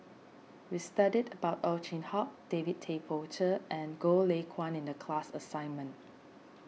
we studied about Ow Chin Hock David Tay Poey Cher and Goh Lay Kuan in the class assignment